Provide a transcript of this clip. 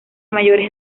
mayores